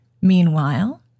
Meanwhile